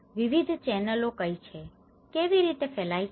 અને વિવિધ ચેનલો કઈ છે કેવી રીતે તે ફેલાય છે